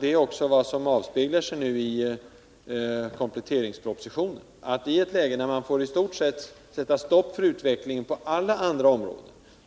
Det avspeglar sig också i kompletteringspropositionen; i ett läge där man i stort sett måste sätta stopp för utvecklingen på alla områden,